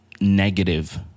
negative